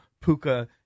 Puka